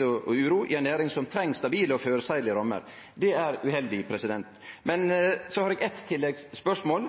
og uro i ei næring som treng stabile og føreseielege rammer. Det er uheldig. Så har eg eitt tilleggsspørsmål: